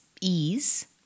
ease